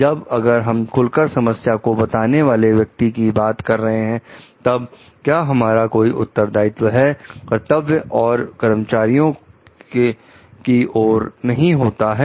तब अगर हम खुलकर समस्या को बताने वाले व्यक्ति की बात कर रहे हैं तब क्या हमारा कोई उत्तरदायित्व कर्तव्य अपने कर्मचारियों की ओर नहीं होता है